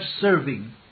serving